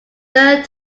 third